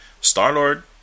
Star-Lord